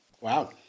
Wow